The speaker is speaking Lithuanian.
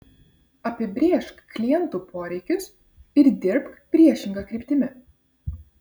apibrėžk klientų poreikius ir dirbk priešinga kryptimi